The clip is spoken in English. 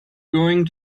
going